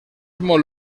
molt